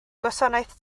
gwasanaeth